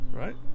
Right